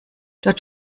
dort